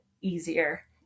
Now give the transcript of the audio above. easier